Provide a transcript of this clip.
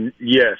yes